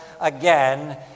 again